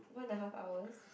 one and a half hours